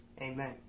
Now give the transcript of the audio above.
Amen